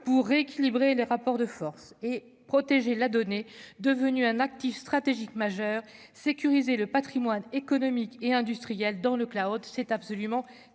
pour rééquilibrer les rapports de force et protéger la donner, devenu un actif stratégique majeur sécuriser le Patrimoine économique et industriel dans le Cloud, c'est absolument